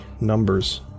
numbers